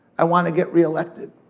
i wanna get re-elected.